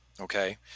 Okay